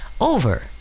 over